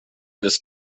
des